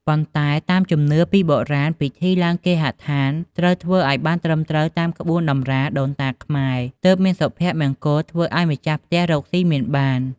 ប៉ុន្តែតាមជំនឿពីបុរាណ ពិធីឡើងគេហដ្ឋានត្រូវធ្វើឱ្យបានត្រឹមត្រូវតាមក្បួនតម្រាដូនតាខ្មែរ ទើបមានសុភមង្គល និងធ្វើឲ្យម្ចាស់ផ្ទះរកសុីមានបាន។